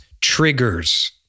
triggers